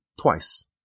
twice